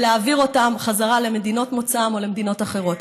להעביר אותם חזרה למדינות מוצאם או למדינות אחרות.